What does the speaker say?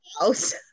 house